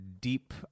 deep